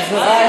חברי,